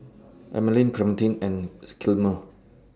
Emaline Clementine and Gilmer